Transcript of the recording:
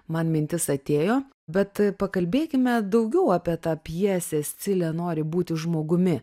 man mintis atėjo bet pakalbėkime daugiau apie tą pjesė scilė nori būti žmogumi